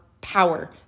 power